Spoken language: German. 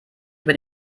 über